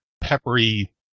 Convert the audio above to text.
peppery